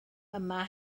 yma